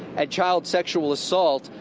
and child sexual assault.